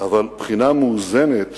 אבל בחינה מאוזנת